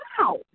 wow